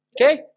Okay